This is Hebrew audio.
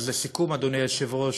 אז לסיכום, אדוני היושב-ראש,